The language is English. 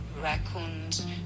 raccoons